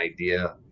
idea